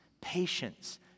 Patience